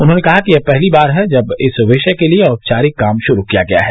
उन्होंने कहा कि यह पहली बार है जब इस विषय के लिए औपचारिक काम शुरू किया गया है